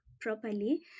properly